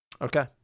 Okay